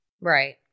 Right